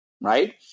right